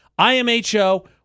IMHO